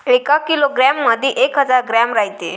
एका किलोग्रॅम मंधी एक हजार ग्रॅम रायते